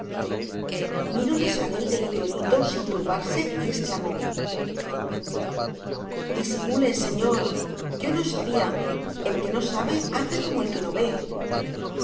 sabel de hito en hito sin turbarse y exclamó disimule señor yo no sabía el que no sabe hace como el que no ve